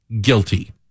guilty